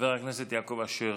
חבר הכנסת יעקב אשר,